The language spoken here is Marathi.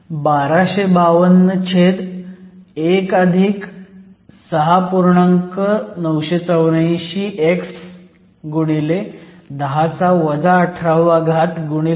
984 x 10 18Ndopant एवढी दिलेली आहे